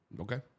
Okay